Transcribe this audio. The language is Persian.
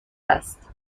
است